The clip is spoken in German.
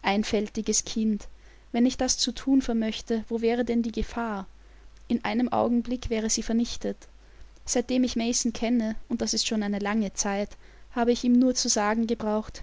einfältiges kind wenn ich das zu thun vermöchte wo wäre denn die gefahr in einem augenblick wäre sie vernichtet seitdem ich mason kenne und das ist schon eine lange zeit habe ich ihm nur zu sagen gebraucht